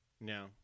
No